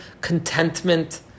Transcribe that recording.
contentment